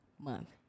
month